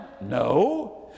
No